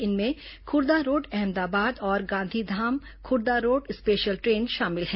इनमें खुर्दारोड अहमदाबाद और Gandhidham Khurda Road special train शामिल हैं